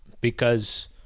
because-